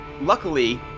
luckily